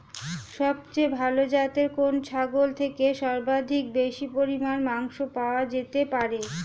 সবচেয়ে ভালো যাতে কোন ছাগল থেকে সর্বাধিক বেশি পরিমাণে মাংস পাওয়া যেতে পারে?